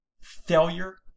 Failure